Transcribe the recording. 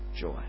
joy